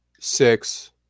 Six